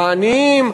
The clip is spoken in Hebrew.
העניים,